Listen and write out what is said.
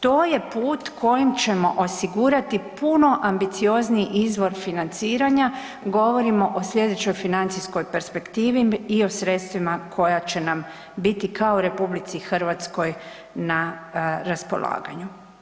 To je put kojim ćemo osigurati puno ambiciozniji izvor financiranja, govorimo o slijedećoj financijskoj perspektivi i o sredstvima koja će nam biti kao RH na raspolaganju.